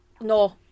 No